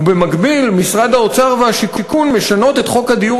ובמקביל משרד האוצר והשיכון משנים את חוק הדיור